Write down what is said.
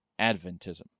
Adventism